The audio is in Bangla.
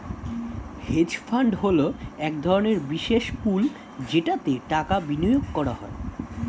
হেজ ফান্ড হলো এক ধরনের বিশেষ পুল যেটাতে টাকা বিনিয়োগ করা হয়